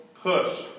push